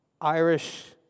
Irish